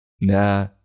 Nah